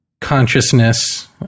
consciousness